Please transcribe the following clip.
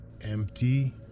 empty